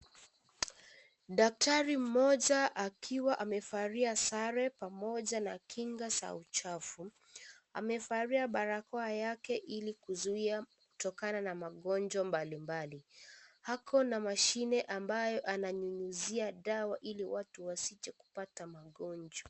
Daktari mmoja akiwa amevalia sare pamoja na kinga za uchafu . Amevalia barakoa yake ili kuzuia kutokana na magonjwa mbalimbali . Ako na mashine ambayo ananyunyizia dawa ili watu wasije kupata magonjwa.